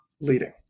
leading